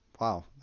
Wow